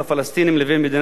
לבין מדינת ישראל,